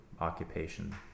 occupation